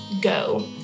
go